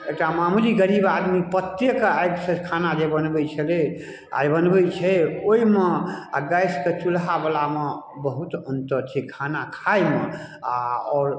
एकटा मामूली गरीब आदमी पत्तेके आगिसँ खाना जे बनबै छलै आओर बनबै छै ओइमे आओर गैस तऽ चूल्हावला मे बहुत अन्तर छै खाना खाइमे आओर आओर